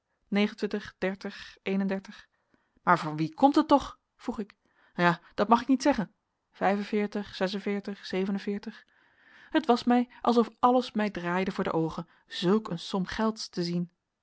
maar van wie komt het toch vroeg ik ja dat mag ik niet zeggen het was mij alsof alles mij draaide voor de oogen zulk een som gelds te zien